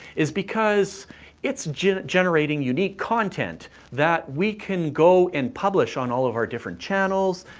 is because it's generating unique content that we can go and publish on all of our different channels,